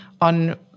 on